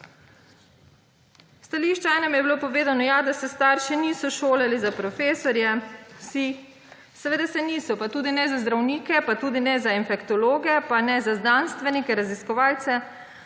stališču je bilo povedano, da se niso vsi starši šolali za profesorje. Seveda se niso, pa tudi ne za zdravnike, pa tudi ne za infektologe, pa ne za znanstvenike, raziskovalce,